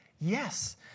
Yes